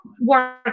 work